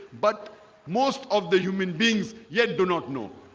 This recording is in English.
but most of the human beings yet. do not know.